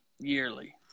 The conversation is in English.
yearly